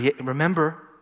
Remember